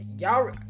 Y'all